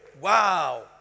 Wow